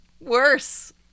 worse